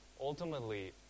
ultimately